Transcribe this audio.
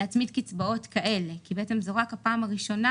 להצמיד קצבאות כאלה כי בעצם זאת רק הפעם הראשונה